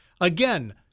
Again